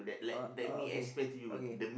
uh uh okay okay